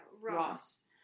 Ross